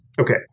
Okay